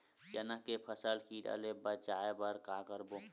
चना के फसल कीरा ले बचाय बर का करबो?